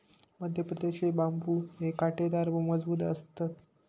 मध्यप्रदेश चे बांबु हे काटेदार व मजबूत असतात